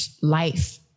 life